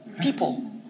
people